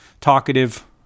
talkative